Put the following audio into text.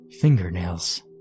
Fingernails